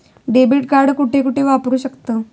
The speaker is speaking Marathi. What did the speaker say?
डेबिट कार्ड कुठे कुठे वापरू शकतव?